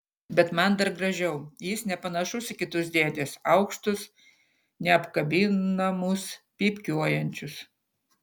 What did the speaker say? bet man dar gražiau jis nepanašus į kitus dėdes aukštus neapkabinamus pypkiuojančius